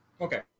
Okay